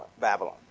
Babylon